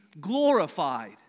glorified